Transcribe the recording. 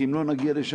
כי אם לא נגיע לשם,